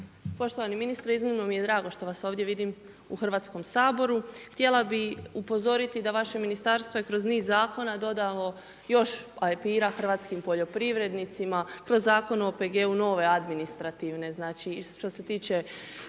Poštovani ministre, iznimno mi je drago što vas ovdje vidim u Hrvatskom saboru. Htjela bih upozoriti da vaše Ministarstvo je kroz niz zakona dodalo još .../Govornik se ne razumije./... hrvatskim poljoprivrednicima, kroz Zakon o OPG-u nove administrativne znači, što se tiče